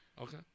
okay